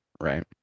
right